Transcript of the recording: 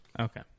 Okay